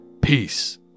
Peace